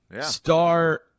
star